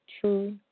True